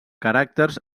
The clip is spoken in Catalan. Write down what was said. caràcters